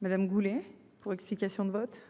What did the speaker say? Madame Goulet pour explication de vote.